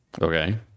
Okay